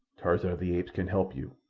tarzan of the apes can help you,